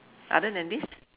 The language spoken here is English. other than this